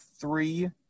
three